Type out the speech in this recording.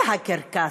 זה הקרקס,